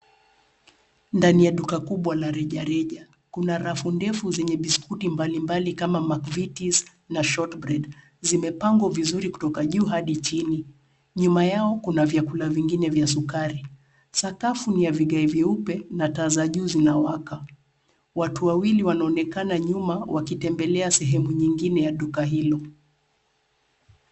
Ndani ya duka kubwa la rejareja, kuna rafu ndefu zenye biskuti mbalimbali kama mcvitie's na shortbread zimepangwa vizuri kutoka juu hadi chini. Nyuma yao kuna vyakula vingine vya sukari. sakafu ni ya vigae vyeupe na taa za juu zinawaka. Watu wawili wanaonekana nyuma wakitembelea sehemu nyingine ya duka hilo.